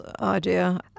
idea